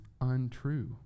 untrue